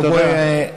תודה.